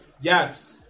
Yes